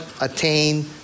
attain